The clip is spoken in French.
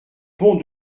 pont